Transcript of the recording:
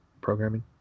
programming